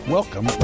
Welcome